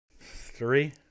three